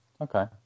Okay